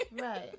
Right